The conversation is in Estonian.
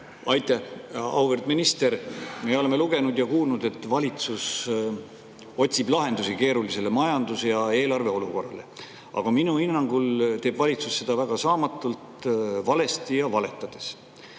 Aitäh! Auväärt minister! Me oleme lugenud ja kuulnud, et valitsus otsib lahendusi keerulisele majandus- ja eelarve olukorrale, aga minu hinnangul teeb valitsus seda väga saamatult, valesti ja valetades.